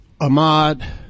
Ahmad